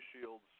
Shields